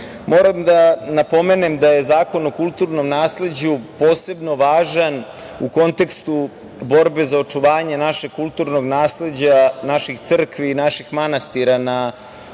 da napomenem da je Zakon o kulturnom nasleđu posebno važan u kontekstu borbe za očuvanje našeg kulturnog nasleđa, naših crkava i naših manastira na